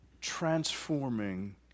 transforming